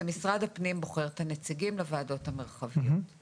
זה משרד הפנים בוחר את הנציגים לוועדות המרחביות.